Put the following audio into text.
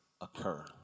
occur